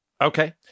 Okay